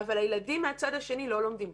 אבל הילדים מהצד השני לא לומדים.